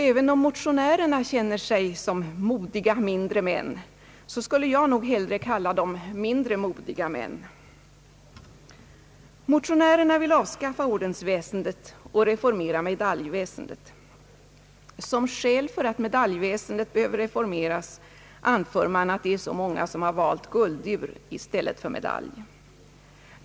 Även om motionärerna känner sig som modiga, mindre män, skulle jag nog hellre kalla dem mindre modiga män. Motionärerna vill avskaffa ordensväsendet och reformera medaljväsendet. Som skäl för att medaljväsendet skulle behöva reformeras anför man att det är så många som valt guldur i stället för medalj.